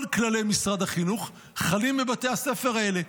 כל כללי משרד החינוך חלים בבתי הספר האלה,